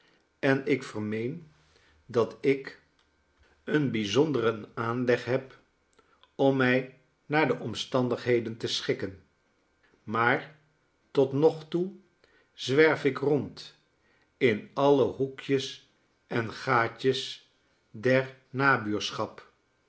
en ik vermeen dat ik een bijzonderen aanleg heb om mij naar de omstandigheden te schikken maar tot nog toe zwerf ik rond in alle hoekjes en gaatjes dernabuurschap